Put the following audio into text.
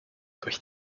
durch